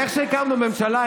ואיך שהקמנו ממשלה,